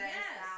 yes